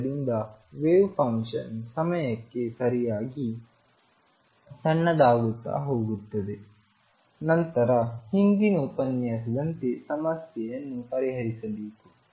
ಆದ್ದರಿಂದ wave function ಸಮಯಕ್ಕೆ ಸರಿಯಾಗಿ ಸಣ್ಣದಾಗುತ್ತಾ ಹೋಗುತ್ತದೆ ನಂತರ ಹಿಂದಿನ ಉಪನ್ಯಾಸದಂತೆ ಸಮಸ್ಯೆಯನ್ನು ಪರಿಹರಿಸಬೇಕು